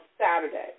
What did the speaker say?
Saturday